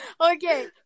Okay